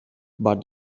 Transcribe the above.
but